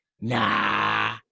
Nah